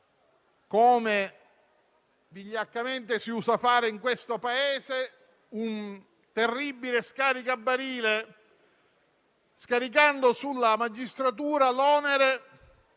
come vigliaccamente si usa fare in questo Paese, un terribile scaricabarile, scaricando sulla magistratura l'onere